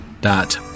dot